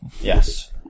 Yes